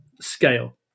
scale